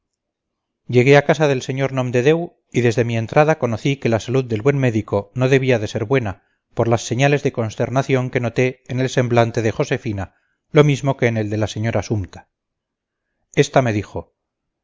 llegué a casa del sr nomdedeu y desde mi entrada conocí que la salud del buen médico no debía de ser buena por las señales de consternación que noté en el semblante de josefina lo mismo que en el de la señora sumta esta me dijo